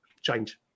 change